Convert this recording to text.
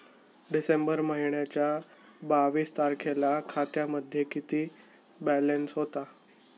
डिसेंबर महिन्याच्या बावीस तारखेला खात्यामध्ये किती बॅलन्स होता?